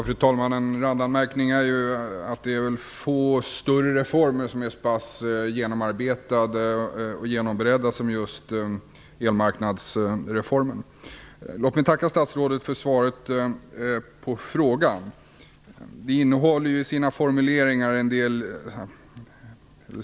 Fru talman! En randanmärkning är att det väl är få större reformer som är så pass genomarbetade och genomberedda som just elmarknadsreformen. Låt mig tacka statsrådet för svaret på frågan.